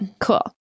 Cool